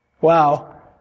Wow